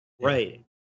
Right